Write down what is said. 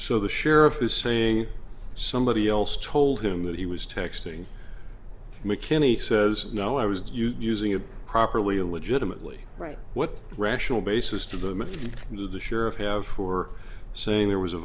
so the sheriff is saying somebody else told him that he was texting mckinney says no i was using it properly and legitimately right what rational basis to them to the sheriff have for saying there was a